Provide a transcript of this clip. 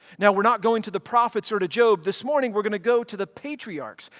now we're not going to the prophets or to job this morning. we're going to go to the patriarchs,